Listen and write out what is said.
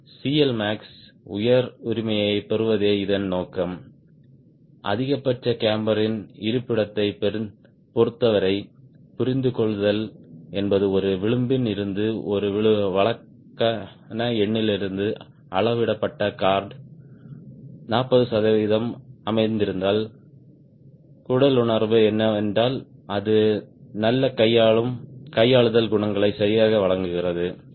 CLmax உயர் உரிமையைப் பெறுவதே இதன் நோக்கம் அதிகபட்ச கேம்பரின் இருப்பிடத்தைப் பொருத்தவரை புரிந்துகொள்ளுதல் என்பது ஒரு விளிம்பில் இருந்து ஒரு வழக்கமான எண்ணிலிருந்து அளவிடப்பட்ட கார்ட் 40 சதவிகிதம் அமைந்திருந்தால் குடல் உணர்வு என்னவென்றால் அது நல்ல கையாளுதல் குணங்களை சரியாக வழங்குகிறது